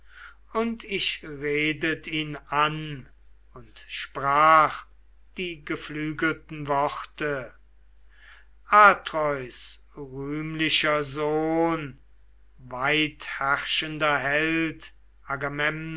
und ich redet ihn an und sprach die geflügelten worte atreus rühmlicher sohn weitherrschender held